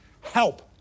help